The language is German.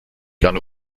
gerne